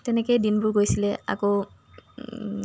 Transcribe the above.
তেনেকৈয়ে দিনবোৰ গৈছিলে আকৌ